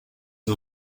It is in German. dem